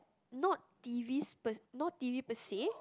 not T_V speci~ not T_V per se